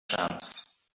jams